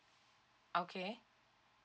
okay